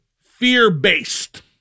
fear-based